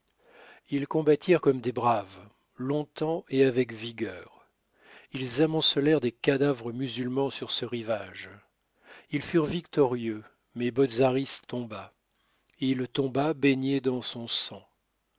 ils combattirent comme des braves longtemps et avec vigueur ils amoncelèrent des cadavres musulmans sur ce rivage ils furent victorieux mais botzaris tomba il tomba baigné dans son sang